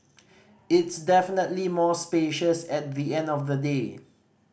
it's definitely more spacious at the end of the day